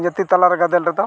ᱡᱟᱛᱤ ᱛᱟᱞᱟᱨᱮ ᱜᱟᱫᱮᱞ ᱨᱮᱫᱚ